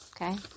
Okay